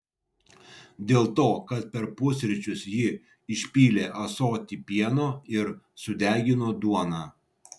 dėl to kad per pusryčius ji išpylė ąsotį pieno ir sudegino duoną